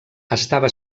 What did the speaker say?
estava